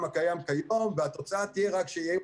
איכותי וייתן שירות טוב,